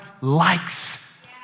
likes